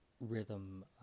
rhythm